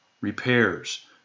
Repairs